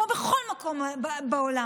כמו בכל מקום בעולם.